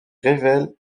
révèle